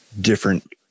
different